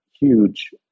huge